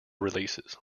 releases